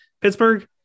Pittsburgh